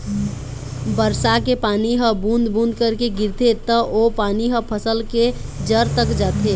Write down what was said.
बरसा के पानी ह बूंद बूंद करके गिरथे त ओ पानी ह फसल के जर तक जाथे